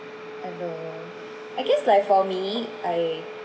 ever right I guess like for me I